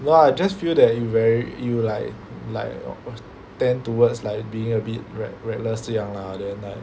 what no I just feel that you very you like like tend towards like being a bit reck~ reckless 这样 lah then like ya